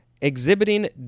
exhibiting